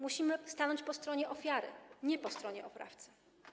Musimy stanąć po stronie ofiary, nie po stronie oprawcy.